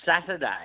Saturday